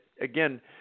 again